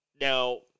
Now